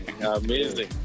Amazing